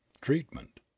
Treatment